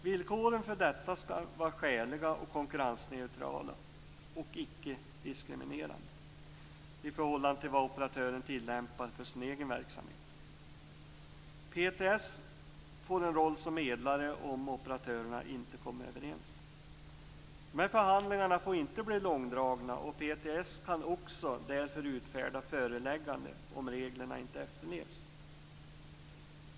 Villkoren för detta skall vara skäliga, konkurrensneutrala och icke-diskriminerande i förhållande till vad operatören tillämpar för sin egen verksamhet. PTS får en roll som medlare om operatörerna inte kommer överens. De här förhandlingarna får inte bli långdragna. PTS kan därför också utfärda förelägganden om reglerna inte efterlevs.